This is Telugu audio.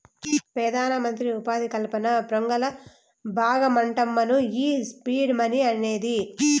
పెదానమంత్రి ఉపాధి కల్పన పోగ్రాంల బాగమంటమ్మను ఈ సీడ్ మనీ అనేది